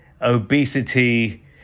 obesity